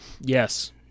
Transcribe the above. yes